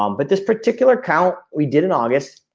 um but this particular count we did in august,